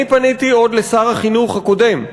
אני פניתי עוד לשר החינוך הקודם,